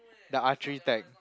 the archery tag